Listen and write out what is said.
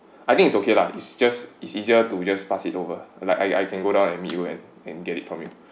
I think it's okay lah it's just it's easier to just pass it over like I I can go down and meet you and and get it from you